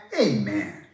Amen